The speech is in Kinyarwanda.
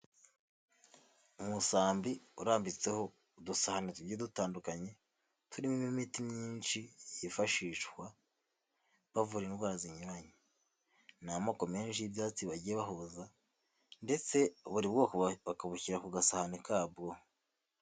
Umusambi urambitseho udusahani tugiye dutandukanye turimo imiti myinshi yifashishwa bavura indwara zinyuranye. Ni amoko menshi y'ibyatsi bagiye bahuza ndetse buri bwoko bakabushyira ku gasahani kabwo.